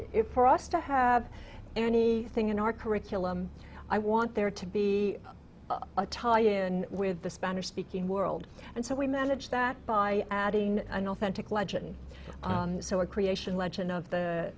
for us to have any thing in our curriculum i want there to be a tie in with the spanish speaking world and so we manage that by adding an authentic legend so a creation legend of